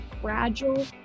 fragile